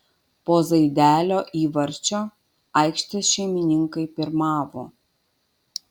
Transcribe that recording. po zaidelio įvarčio aikštės šeimininkai pirmavo